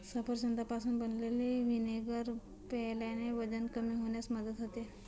सफरचंदापासून बनवलेले व्हिनेगर प्यायल्याने वजन कमी होण्यास मदत होते